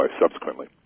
subsequently